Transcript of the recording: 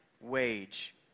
wage